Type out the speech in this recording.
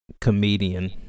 Comedian